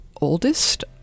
oldest